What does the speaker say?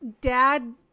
dad